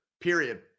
period